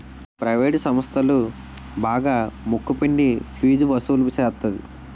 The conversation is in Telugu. ప్రవేటు సంస్థలు బాగా ముక్కు పిండి ఫీజు వసులు సేత్తది